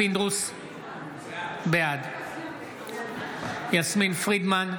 בעד יסמין פרידמן,